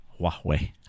Huawei